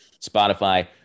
Spotify